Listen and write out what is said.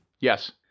Yes